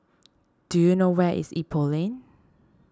do you know where is Ipoh Lane